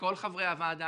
וכל חברי הוועדה,